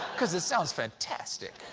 because it sounds fantastic.